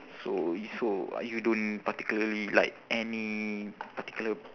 so it's so uh you don't particularly like any particular